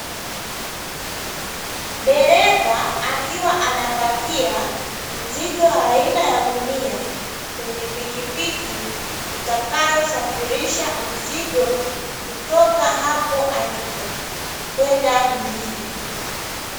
Dereva akiwa anapakia mzigo aina ya gunia, kwenye pikipiki itakayosafirisha mzigo kutoka hapo alipo kwenda mjini.